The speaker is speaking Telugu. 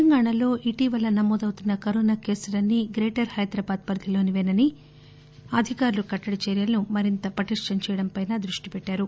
తెలంగాణలో ఇటీవల నమోదవుతున్న కరోనా కేసులన్నీ గ్రేటర్ హైదరాబాద్ పరిధిలోనివే కావడంతో అధికారులు కట్టడి చర్చలను మరింత పటిష్టం చేయడం పై దృష్టి పెట్టారు